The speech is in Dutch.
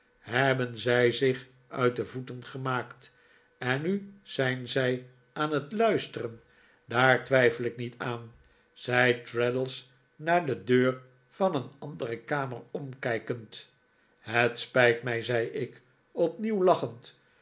hebben zij zich uit de voeten gemaakt en nu zijn zij aan het luisteren daar twijfel ik niet aan zei traddles naar de deur van een andere kamer omkijkend het spijt mij zei ik opnieuw lachend